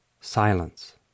silence